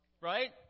Right